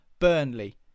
Burnley